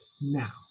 Now